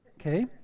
Okay